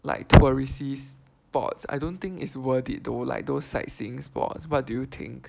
like touristy spots I dont think it's worth it though like those sightseeing spots what do you think